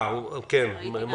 אני אתכם.